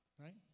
right